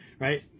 Right